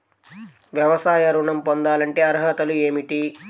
వ్యవసాయ ఋణం పొందాలంటే అర్హతలు ఏమిటి?